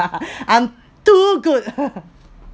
I’m too good